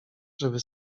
żeby